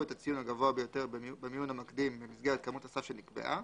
את הציון הגבוה ביותר במיון המקדים במסגרת כמות הסף שנקבעה